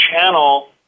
channel